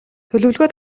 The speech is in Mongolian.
төлөвлөгөө